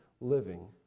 living